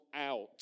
out